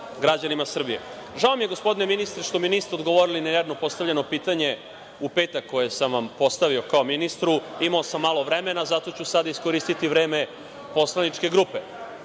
građanima Srbije. Žao mi je, gospodine ministre, što mi niste odgovorili ni na jedno postavljeno pitanje u petak koje sam vam postavio kao ministru. Imao sam malo vremena, zato ću sada iskoristiti vreme poslaničke grupe. Želeo